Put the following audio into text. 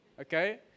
Okay